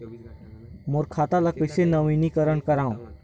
मोर खाता ल कइसे नवीनीकरण कराओ?